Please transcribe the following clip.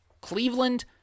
Cleveland